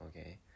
Okay